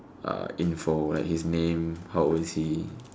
uh info his name how old is he